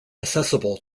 accessible